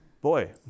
Boy